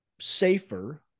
safer